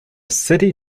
city